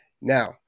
Now